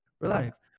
relax